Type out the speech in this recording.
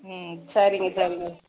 ம் சரிங்க சரிங்க